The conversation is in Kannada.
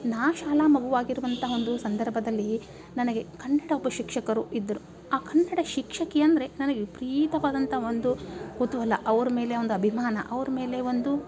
ನಾ ಶಾಲಾ ಮಗು ಆಗಿರುವಂಥ ಒಂದು ಸಂದರ್ಭದಲ್ಲಿ ನನಗೆ ಕನ್ನಡ ಒಬ್ಬ ಶಿಕ್ಷಕರು ಇದ್ದರು ಆ ಕನ್ನಡ ಶಿಕ್ಷಕಿ ಅಂದರೆ ನನಗೆ ವಿಪರೀತವಾದಂಥ ಒಂದು ಕುತೂಹಲ ಅವರ ಮೇಲೆ ಒಂದು ಅಭಿಮಾನ ಅವ್ರ ಮೇಲೆ ಒಂದು